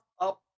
up